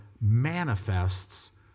manifests